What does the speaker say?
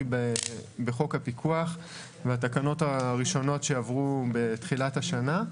בחוק הפיקוח והתקנות הראשונות שעברו בתחילת השנה,